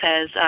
says